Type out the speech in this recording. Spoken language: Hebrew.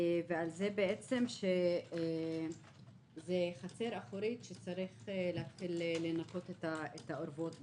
כך שזאת חצר אחורית וצריך לנקות את האורוות בה.